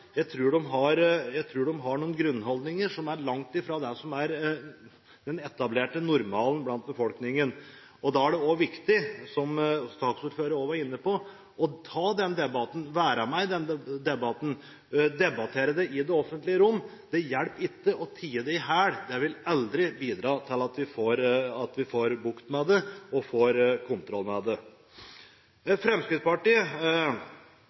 Jeg tror de har noen grunnholdninger som er langt fra det som er den etablerte normalen blant befolkningen. Da er det også viktig, som saksordføreren også var inne på, å ta den debatten, å være med i den debatten, og å debattere det i det offentlige rom. Det hjelper ikke å tie det i hjel. Det vil aldri bidra til at vi får bukt med det og får kontroll med det.